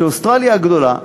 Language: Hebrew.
שאוסטרליה הגדולה,